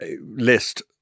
list